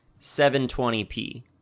720p